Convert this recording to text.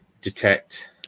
detect